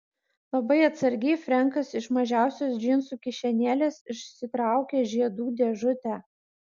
labai atsargiai frenkas iš mažiausios džinsų kišenėlės išsitraukė žiedų dėžutę